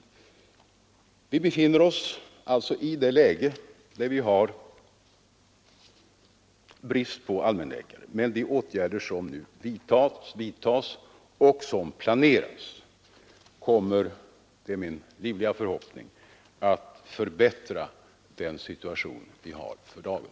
Vi befinner oss alltså i ett läge med brist på allmänläkare, men de åtgärder som nu vidtas och de som planeras kommer — det är min livliga förhoppning — att förbättra den situation vi har för dagen.